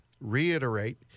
reiterate